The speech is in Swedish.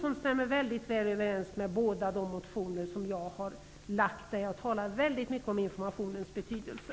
Detta stämmer mycket väl överens med båda de motioner som jag har väckt. Jag talar väldigt mycket om informationens betydelse.